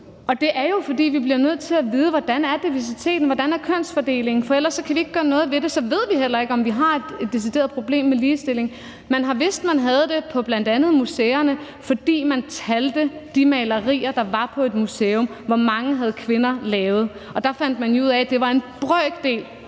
ville man jo, fordi vi bliver nødt til at vide, hvordan diversiteten er, og hvordan kønsfordelingen er, for ellers kan vi ikke gøre noget ved det, og så ved vi heller ikke, om vi har et decideret problem med ligestilling. Man har vidst, man havde det på bl.a. museerne, for man talte de malerier, der var på et museum, altså hvor mange af dem kvinder havde malet. Der fandt man jo ud af, at det var en brøkdel